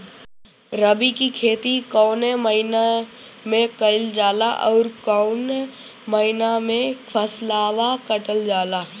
रबी की खेती कौने महिने में कइल जाला अउर कौन् महीना में फसलवा कटल जाला?